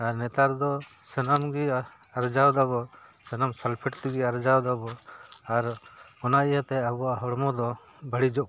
ᱟᱨ ᱱᱮᱛᱟᱨ ᱫᱚ ᱥᱟᱱᱟᱢ ᱜᱮ ᱟᱨᱡᱟᱣ ᱫᱟᱵᱚ ᱥᱟᱱᱟᱢ ᱥᱟᱞᱯᱷᱮᱴ ᱛᱮᱜᱮ ᱟᱨᱡᱟᱣ ᱫᱟᱵᱚ ᱟᱨ ᱚᱱᱟ ᱤᱭᱟᱹᱛᱮ ᱟᱵᱚᱣᱟᱜ ᱦᱚᱲᱢᱚ ᱫᱚ ᱵᱟᱹᱲᱤᱡᱚᱜ ᱠᱟᱱᱟ